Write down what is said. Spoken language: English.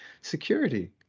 Security